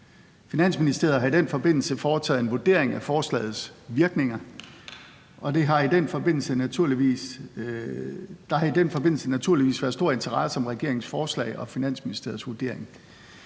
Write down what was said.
Finansministeriet har i den forbindelse foretaget en vurdering af forslagets virkninger, og der har i den forbindelse naturligvis været stor interesse for regeringens forslag og Finansministeriets vurdering.